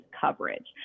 coverage